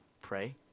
pray